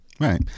Right